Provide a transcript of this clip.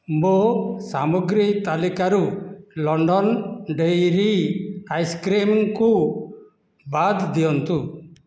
ମୋ ସାମଗ୍ରୀ ତାଲିକାରୁ ଲଣ୍ଡନ ଡେରୀ ଆଇସ୍କ୍ରିମ୍କୁ ବାଦ ଦିଅନ୍ତୁ